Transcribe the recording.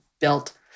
built